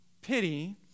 pity